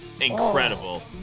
incredible